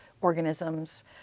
organisms